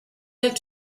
have